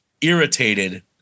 irritated